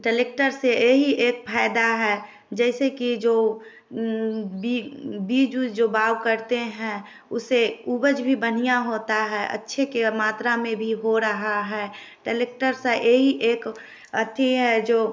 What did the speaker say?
tractor से यही एक फायदा है जैसे कि जो बी बीज उज जो बोआ करते हैं उससे उपज भी बढ़िया होता है अच्छे के मात्रा में भी हो रहा है टलेक्टर से यही एक अथी है जो